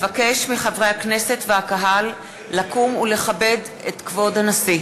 אבקש מחברי הכנסת והקהל לקום ולכבד את כבוד הנשיא.